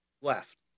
left